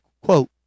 quote